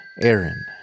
Aaron